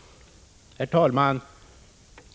Herr talman!